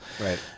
right